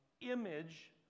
image